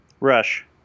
Rush